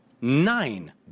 nine